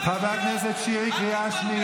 אתה תקרא בקריאות, חבר הכנסת שירי, קריאה שנייה.